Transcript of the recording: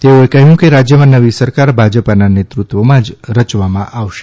તેઓએ કહ્યું કે રાજ્યમાં નવી સરકાર ભાજપાના નેતૃત્વમાં જ રચવામાં આવશે